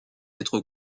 être